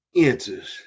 answers